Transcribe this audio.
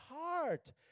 heart